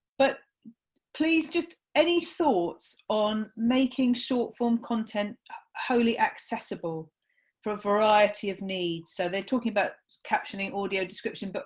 but please just any thoughts on making short form content wholly accessible for a variety of needs, so they are talking about captioning, audio description, but